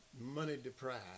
money-deprived